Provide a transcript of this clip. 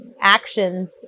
actions